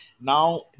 Now